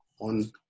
on